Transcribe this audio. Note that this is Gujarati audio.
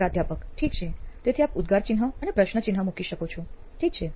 પ્રાધ્યાપક ઠીક છે તેથી આપ ઉદગારચિહ્ન અને પ્રશ્ન ચિહ્ન મુકો છો ઠીક છે